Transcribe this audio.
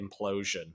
implosion